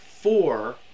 four